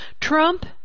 Trump